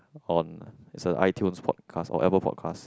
on it's an iTunes podcast or evo podcast